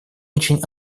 очень